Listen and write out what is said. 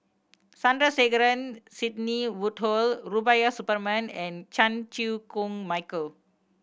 Sandrasegaran Sidney Woodhull Rubiah Suparman and Chan Chew Koon Michael